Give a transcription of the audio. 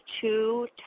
two